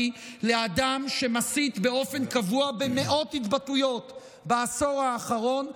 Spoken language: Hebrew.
לאדם שמסית באופן קבוע במאות התבטאויות בעשור האחרון,